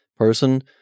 person